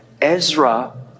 Ezra